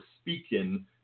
speaking